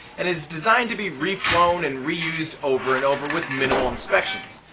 and is designed to be reflown and reused over and over with minimal inspections.